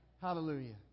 Hallelujah